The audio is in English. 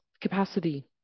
capacity